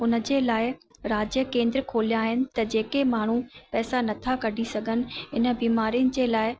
उनजे लाइ राज्य केन्द्र खोलिया आहिनि त जेके माण्हू पैसा न था कढी सघनि इन बीमारियुनि जे लाइ